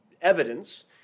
evidence